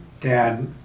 dad